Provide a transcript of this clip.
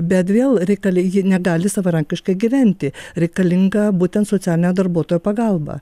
bet vėl reika jie negali savarankiškai gyventi reikalinga būtent socialinio darbuotojo pagalba